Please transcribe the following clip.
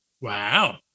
Wow